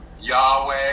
Yahweh